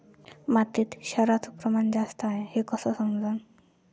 मातीत क्षाराचं प्रमान जास्त हाये हे कस समजन?